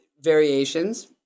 variations